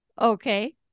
Okay